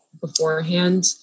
beforehand